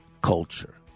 culture